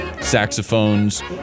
saxophones